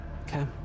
Okay